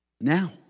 now